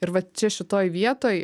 ir vat čia šitoj vietoj